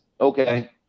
okay